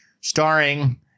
Starring